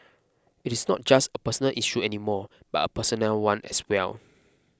it is not just a personal issue any more but a personnel one as well